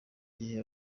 igihe